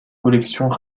collections